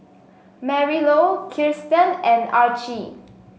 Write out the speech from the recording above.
Marilou Kiersten and Archie